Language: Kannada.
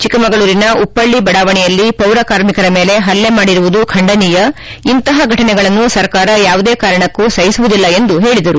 ಚಿಕ್ಕಮಗಳೂರಿನ ಉಪ್ಪಳ್ಳಿ ಬಡಾವಣೆಯಲ್ಲಿ ಪೌರ ಕಾರ್ಮಿಕರ ಮೇಲೆ ಪಲ್ಲೆ ಮಾಡಿರುವುದು ಖಂಡನೀಯ ಇಂತಪ ಫಟನೆಗಳನ್ನು ಸರ್ಕಾರ ಯಾವುದೇ ಕಾರಣಕ್ಕೂ ಸಹಿಸುವುದಿಲ್ಲ ಎಂದು ಹೇಳಿದರು